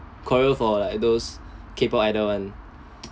choreograph for like those K-pop idol one